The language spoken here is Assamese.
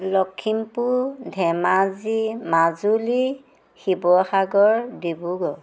লখিমপুৰ ধেমাজি মাজুলী শিৱসাগৰ ডিব্ৰুগড়